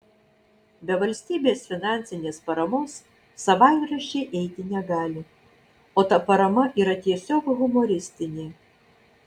be valstybės finansinės paramos savaitraščiai eiti negali o ta parama yra tiesiog humoristinė